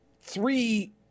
three